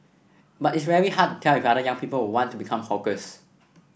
but it's very hard tell if other young people will want to become hawkers